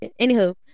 Anywho